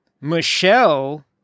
Michelle